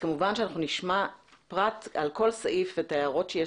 את הערותיכם לגבי כל סעיף.